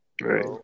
Right